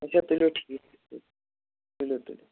اَچھا تُلِو ٹھیٖک تُلِو تُلِو